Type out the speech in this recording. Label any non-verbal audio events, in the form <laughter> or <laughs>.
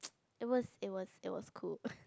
<noise> it was it was it was cool <laughs>